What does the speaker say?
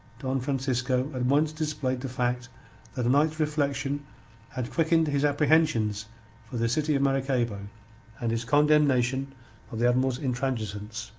don francisco at once displayed the fact that a night's reflection had quickened his apprehensions for the city of maracaybo and his condemnation of the admiral's intransigence.